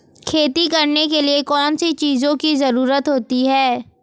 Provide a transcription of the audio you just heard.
खेती करने के लिए कौनसी चीज़ों की ज़रूरत होती हैं?